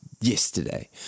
yesterday